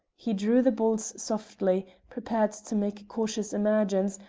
he drew the bolts softly, prepared to make a cautious emergence,